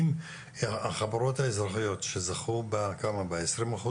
אם החברות האזרחיות שזכו ב-14%,